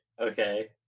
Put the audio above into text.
okay